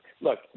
Look